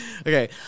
Okay